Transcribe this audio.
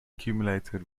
culminated